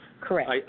Correct